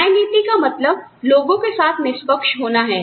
न्याय नीति का मतलब लोगों के साथ निष्पक्ष होना है